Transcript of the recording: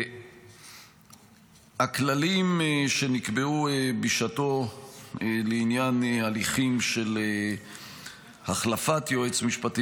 הכללים שנקבעו בשעתו לעניין הליכים של החלפת יועץ משפטי